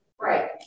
Right